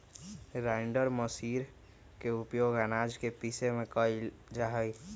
grinder machine के उपयोग आनाज के पीसे में कइल जाहई